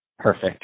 Perfect